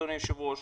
אדוני היושב-ראש,